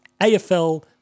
AFL